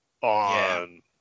on